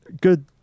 good